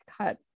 cut